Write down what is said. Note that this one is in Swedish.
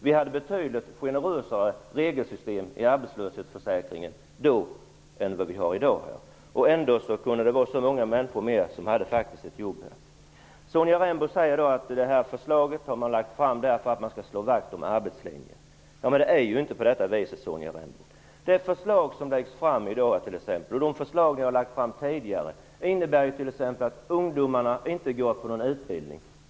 Vi hade då ett betydligt generösare regelsystem i arbetslöshetsförsäkringen än vad vi har i dag. Ändå var det så många fler människor som hade jobb. Sonja Rembo säger att man lagt fram förslaget för att slå vakt om arbetslinjen. Så är det inte, Sonja Rembo. Det förslag som läggs fram i dag liksom det förslag som har lagts fram tidigare, medför t.ex. att ungdomar inte genomgår utbildning.